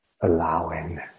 allowing